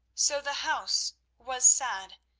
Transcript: so the house was sad,